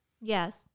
Yes